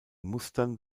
mustern